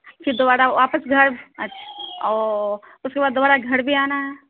پھر دوبارہ واپس گھر او اس کے بعد دوبارہ گھر بھی آنا ہے